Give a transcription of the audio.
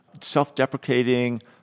self-deprecating